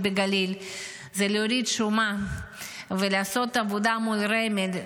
בגליל זה להוריד שומה ולעשות עבודה מול רמ"י,